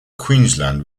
queensland